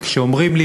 כשאומרים לי,